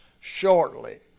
shortly